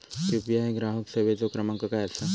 UPI ग्राहक सेवेचो क्रमांक काय असा?